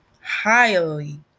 highly